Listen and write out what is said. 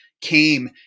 came